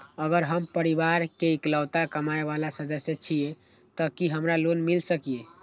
अगर हम परिवार के इकलौता कमाय वाला सदस्य छियै त की हमरा लोन मिल सकीए?